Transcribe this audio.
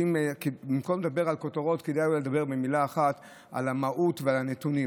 במקום לדבר על כותרות כדאי אולי לדבר במילה אחת על המהות ועל הנתונים.